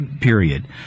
period